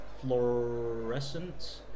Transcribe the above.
fluorescent